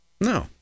No